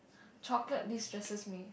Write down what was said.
chocolate destresses me